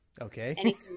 Okay